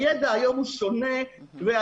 הידע היום הוא שונה והיום,